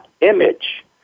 image